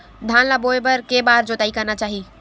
धान ल बोए बर के बार जोताई करना चाही?